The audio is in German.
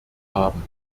haben